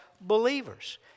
believers